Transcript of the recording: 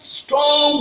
strong